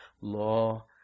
law